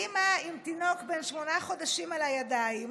האימא עם תינוק בן שמונה חודשים על הידיים,